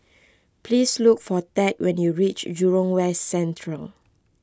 please look for Tad when you reach Jurong West Central